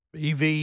EV